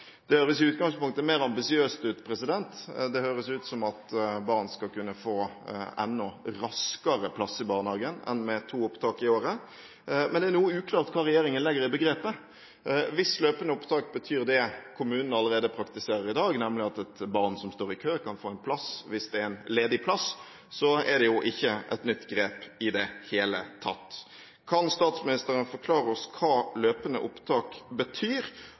Det høres i utgangspunktet mer ambisiøst ut – det høres ut som om barn skal kunne få enda raskere plass i barnehagen enn med to opptak i året. Men det er noe uklart hva regjeringen legger i begrepet. Hvis løpende opptak betyr det kommunene allerede praktiserer i dag, nemlig at et barn som står i kø, kan få en plass hvis det er en ledig plass, er det jo ikke et nytt grep i det hele tatt. Kan statsministeren forklare oss hva «løpende opptak» betyr